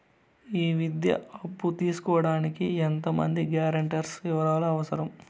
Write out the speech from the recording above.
ఈ విద్యా అప్పు తీసుకోడానికి ఎంత మంది గ్యారంటర్స్ వివరాలు అవసరం?